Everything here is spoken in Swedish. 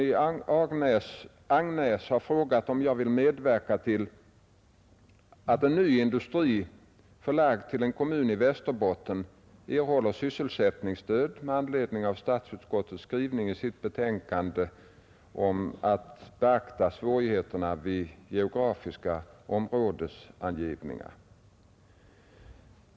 Herr Nilsson i Agnäs har frågat om jag vill medverka till att en ny industri förlagd till kommun i Västerbotten erhåller sysselsättningsstöd med anledning av statsutskottets skrivning i sitt betänkande nr 103 år 1970 om att beakta svårigheter vid geografiska områdesavgränsningar.